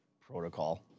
protocol